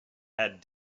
had